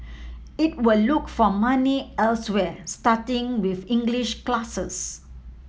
it will look for money elsewhere starting with English classes